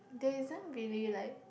there isn't really like